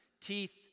teeth